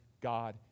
God